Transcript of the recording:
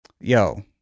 yo